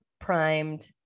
primed